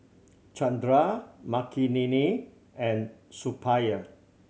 Chandra Makineni and Suppiah